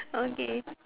okay